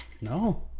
No